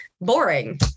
boring